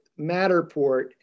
Matterport